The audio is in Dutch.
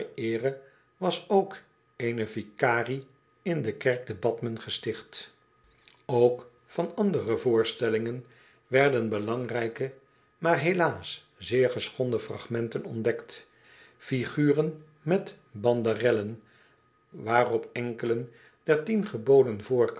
eere was eene vicary in de kerk te bathmen gesticht ook van andere voorstellingen werden belangrijke maar helaas zeer geschonden fragmenten ontdekt figuren met banderellen waarop enkelen der